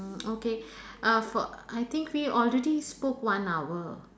uh okay uh for I think we already spoke one hour